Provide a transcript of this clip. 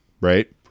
right